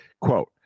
quote